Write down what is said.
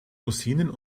rosinen